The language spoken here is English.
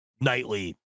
nightly